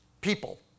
people